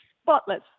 spotless